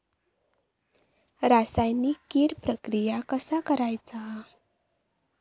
रासायनिक कीड प्रक्रिया कसा करायचा?